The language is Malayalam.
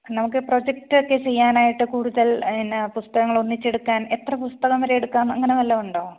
നമുക്ക് പ്രോജക്റ്റൊക്കെ ചെയ്യാനായിട്ട് കൂടുതൽ അതിനാണ് പുസ്തകങ്ങൾ ഒന്നിച്ചെടുക്കാൻ എത്ര പുസ്തകം വരെ എടുക്കാം അങ്ങനെ വല്ലതുമുണ്ടോ